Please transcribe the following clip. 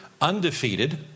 undefeated